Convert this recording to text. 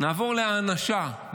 נעבור להאנשה: